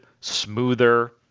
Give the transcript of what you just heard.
smoother